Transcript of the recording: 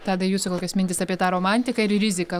tadai jūsų kokios mintys apie tą romantiką ir riziką